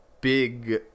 big